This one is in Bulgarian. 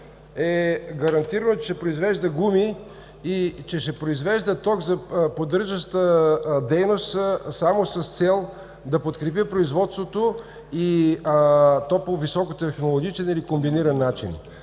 е гарантирано, че ще произвежда гуми и ток за поддържаща дейност само с цел да подкрепи производството по високотехнологичен или комбиниран начин.